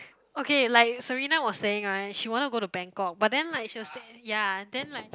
okay like Serena was saying right she want to go to bangkok but then like she was say ya then like